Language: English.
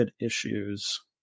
issues